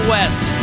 West